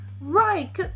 Right